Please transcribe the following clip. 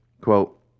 Quote